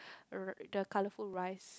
the colorful rice